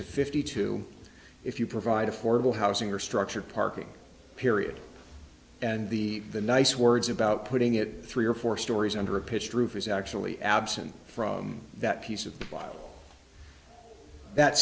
to fifty two if you provide affordable housing or structure parking period and the the nice words about putting it three or four storeys under a pitched roof is actually absent from that piece of